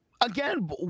Again